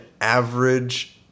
average